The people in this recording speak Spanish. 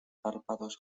párpados